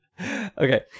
Okay